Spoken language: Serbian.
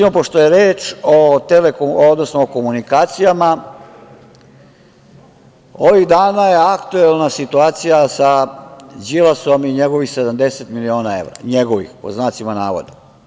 Pošto je reč o komunikacijama, ovih dana je aktuelna situacija sa Đilasom i njegovih 70 miliona evra njegovih, pod znacima navoda.